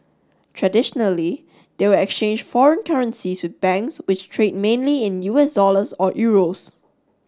traditionally they would exchange foreign currencies with banks which trade mainly in U S dollars or euros